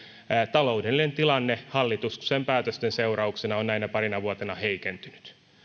taloudellinen tilanne hallituksen päätösten seurauksena on näinä parina vuotena heikentynyt